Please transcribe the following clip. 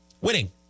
Winning